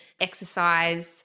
exercise